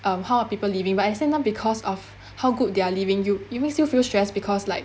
um how are people living but sometime because of how good they are living you it makes you feel stressed because like